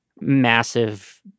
massive